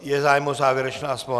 Je zájem o závěrečná slova?